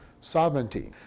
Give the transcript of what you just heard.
sovereignty